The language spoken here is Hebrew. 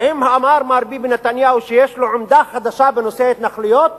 האם אמר מר ביבי נתניהו שיש לו עמדה חדשה בנושא ההתנחלויות?